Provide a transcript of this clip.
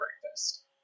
breakfast